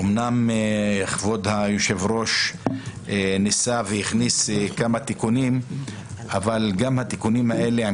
אמנם כבוד היושב ראש ניסה והכניס כמה תיקונים אבל גם התיקונים האלה,